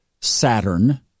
Saturn